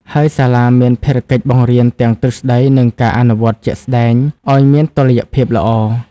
ហើយសាលាមានភារកិច្ចបង្រៀនទាំង ទ្រឹស្ដី និង ការអនុវត្តន៍ជាក់ស្ដែង ឱ្យមានតុល្យភាពល្អ។